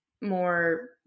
more